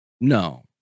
No